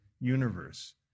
universe